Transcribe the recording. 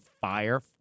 fire